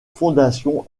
fondation